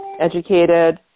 educated